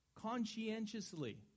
Conscientiously